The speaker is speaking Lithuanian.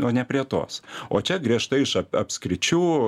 o ne prie tos o čia griežtai iš ap apskričių